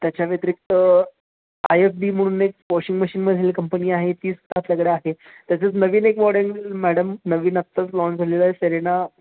त्याच्या व्यतिरिक्त I F B म्हणून एक वॉशिंग मशीनमधील कंपनी आहे तीच आपल्याकडे आहे त्याचंच नवीन एक मॉडेल मॅडम नवीन आत्ताच लॉन्च झालेला आहे सेरीना